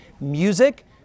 Music